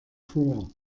vor